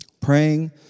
Praying